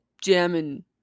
jamming